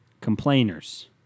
Complainers